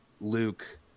Luke